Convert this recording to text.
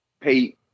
pay